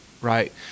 right